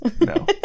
No